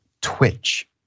Twitch